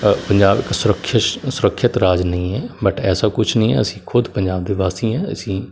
ਪੰਜਾਬ ਇੱਕ ਸੁਰੱਖਿਅਤ ਸੁਰੱਖਿਅਤ ਰਾਜ ਨਹੀਂ ਹੈ ਬਟ ਐਸਾ ਕੁਛ ਨਹੀਂ ਹੈ ਅਸੀਂ ਖੁਦ ਪੰਜਾਬ ਦੇ ਵਾਸੀ ਹਾਂ ਅਸੀਂ